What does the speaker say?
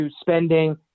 spending